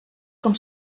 com